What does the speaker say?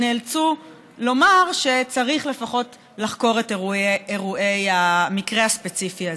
נאלצו לומר שצריך לפחות לחקור את אירועי המקרה הספציפי הזה.